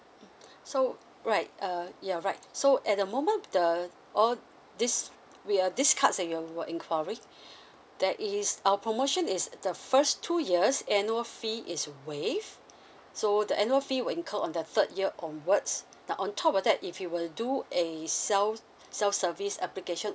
so right uh ya right so at the moment the all these we are these cards that you're inquiry there is our promotion is the first two years annual fee is waive so the annual fee will incur on the third year onwards uh on top of that if you were do a self self service application